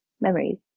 memories